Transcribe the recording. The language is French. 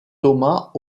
thomas